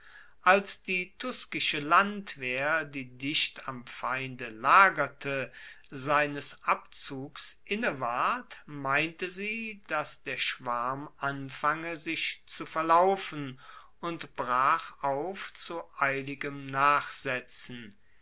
als die tuskische landwehr die dicht am feinde lagerte seines abzugs inneward meinte sie dass der schwarm anfange sich zu verlaufen und brach auf zu eiligem nachsetzen